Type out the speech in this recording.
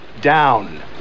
down